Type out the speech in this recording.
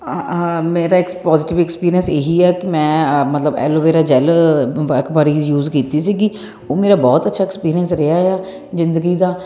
ਹਾਂ ਮੇਰਾ ਐਕਪੋਜੀਟਿਵ ਐਕਸਪੀਰੀਅਸ ਇਹੀ ਹ ਕਿ ਮੈਂ ਮਤਲਵ ਐਲੋਵੇਰਾ ਜੈਲ ਇੱਕ ਬਾਰੀ ਯੂਜ਼ ਕੀਤੀ ਸੀਗੀ ਮੇਰਾ ਬਹੁਤ ਅੱਛਾ ਐਕਸਪੀਰੀਸ ਰਿਹਾ ਆ ਜਿੰਦਗੀ ਦਾ